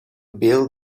build